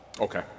Okay